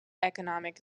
economic